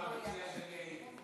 למציע שהייתי פה.